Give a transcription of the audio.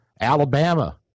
Alabama